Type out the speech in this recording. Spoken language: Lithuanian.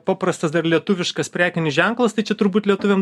paprastas dar lietuviškas prekinis ženklas tai čia turbūt lietuviam